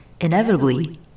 Inevitably